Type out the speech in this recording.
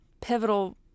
pivotal